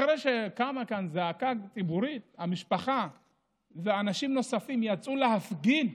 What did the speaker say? אחרי שקמה כאן זעקה ציבורית והמשפחה ואנשים נוספים יצאו להפגין,